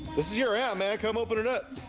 this is you're a man come open it up